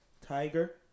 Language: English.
Tiger